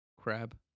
Crab